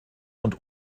und